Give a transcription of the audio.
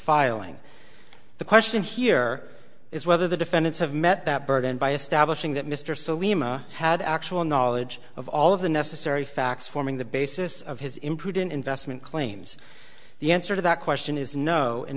filing the question here is whether the defendants have met that burden by establishing that mr salema had actual knowledge of all of the necessary facts forming the basis of his imprudent investment claims the answer to that question is no and